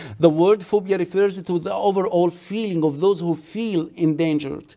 the word phobia refers to the overall feeling of those who feel in danger.